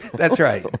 that's right.